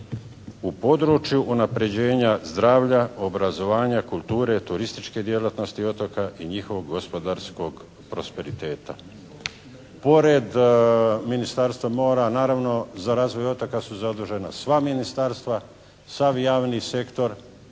u području unapređenja zdravlja, obrazovanja, kulture, turističke djelatnosti otoka i njihovog gospodarskog prosperiteta. Pored Ministarstva mora naravno za razvoj otoka su zadužena sva ministarstva, sav javni sektor